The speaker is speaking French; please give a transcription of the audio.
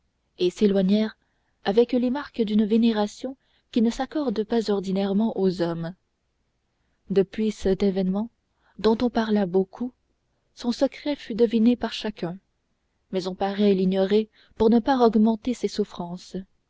et s'éloignèrent avec les marques d'une vénération qui ne s'accorde pas ordinairement aux hommes depuis cet événement dont on parla beaucoup son secret fut deviné par chacun mais on paraît l'ignorer pour ne pas augmenter ses souffrances